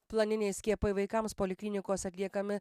planiniai skiepai vaikams poliklinikos atliekami